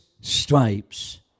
stripes